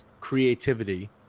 creativity